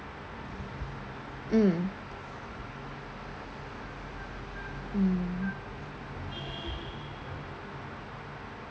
mm mm